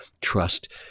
trust